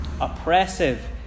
oppressive